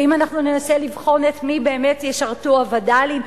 ואם אנחנו ננסה לבחון את מי באמת ישרתו הווד”לים,